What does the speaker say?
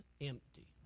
empty